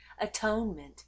Atonement